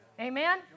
Amen